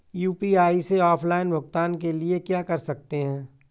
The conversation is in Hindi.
यू.पी.आई से ऑफलाइन भुगतान के लिए क्या कर सकते हैं?